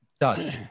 dust